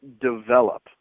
develop